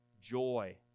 joy